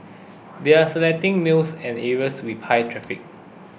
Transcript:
they are selecting malls and areas with high traffic